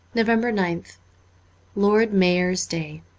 november ninth lord mayor's day